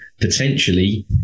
potentially